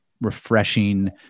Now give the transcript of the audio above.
refreshing